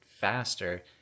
faster